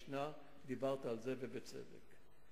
דיברת על זה ובצדק.